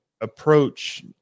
approach